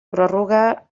prorroga